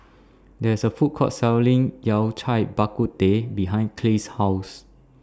There IS A Food Court Selling Yao Cai Bak Kut Teh behind Clay's House